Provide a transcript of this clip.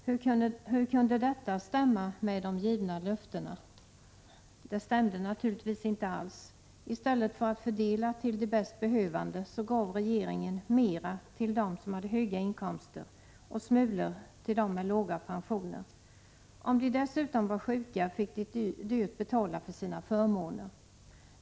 Hur kunde detta stämma med de givna löftena? Det stämde naturligtvis inte alls. I stället för att fördela till de bäst behövande gav regeringen mera till dem som hade höga inkomster och smulor till dem = Prot. 1986/87:119 med låga pensioner. Om de dessutom var sjuka fick de dyrt betala för sina 8 maj 1987 förmåner.